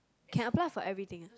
can apply for everything